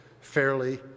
fairly